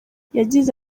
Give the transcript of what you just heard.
yagize